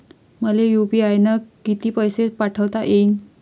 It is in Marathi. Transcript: मले यू.पी.आय न किती पैसा पाठवता येईन?